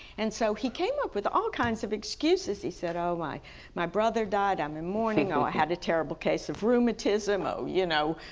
and so he came up with all kinds of excuses he said, oh, my my brother died, i'm in mourning, oh i had a terrible case of rheumatism, oh, you know,